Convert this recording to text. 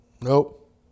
Nope